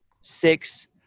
six